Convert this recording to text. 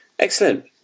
excellent